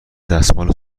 دستمال